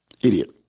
idiot